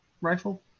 rifle